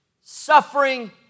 suffering